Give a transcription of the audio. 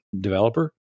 developer